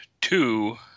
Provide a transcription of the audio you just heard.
two